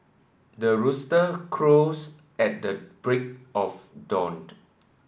the rooster crows at the break of dawn